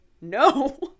no